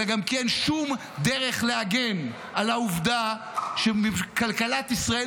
אלא גם כי אין שום דרך להגן על העובדה שכלכלת ישראל